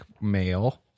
male